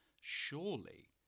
surely